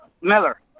Miller